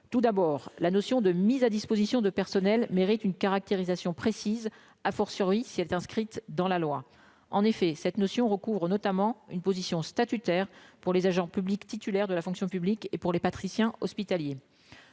tout d'abord la notion de mise à disposition de personnels mérite une caractérisation précise à fortiori si elle est inscrite dans la loi, en effet, cette notion recouvre notamment une position statutaire pour les agents publics titulaires de la fonction publique et pour les patriciens hospitaliers